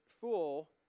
fool